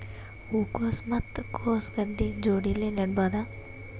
ಹೂ ಕೊಸು ಮತ್ ಕೊಸ ಗಡ್ಡಿ ಜೋಡಿಲ್ಲೆ ನೇಡಬಹ್ದ?